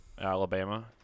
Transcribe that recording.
Alabama